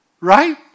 Right